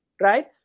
right